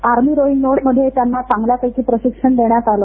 army rowing नोडमध्ये त्यांना चांगल्यापैकी प्रशिक्षण देण्यात आलं